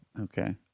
Okay